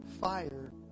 fire